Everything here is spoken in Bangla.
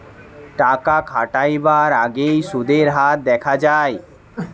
টাকা খাটাবার আগেই সুদের হার দেখা যায়